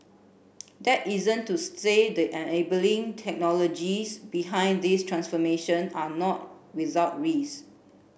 that isn't to say the enabling technologies behind this transformation are not without risk